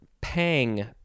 pang